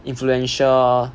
influential